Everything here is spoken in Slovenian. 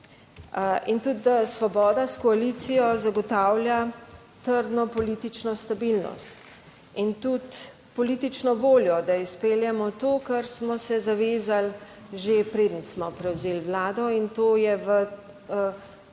in tudi, da Svoboda s koalicijo zagotavlja trdno politično stabilnost in tudi politično voljo, da izpeljemo to, kar smo se zavezali že preden smo prevzeli vlado in to je v